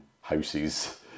houses